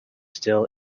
still